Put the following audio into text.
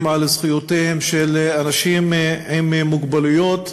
על זכויותיהם של אנשים עם מוגבלויות.